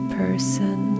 person